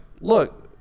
look